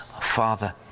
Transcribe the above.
Father